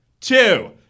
two